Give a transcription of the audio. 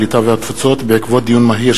הקליטה והתפוצות בעקבות דיון מהיר